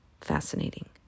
Fascinating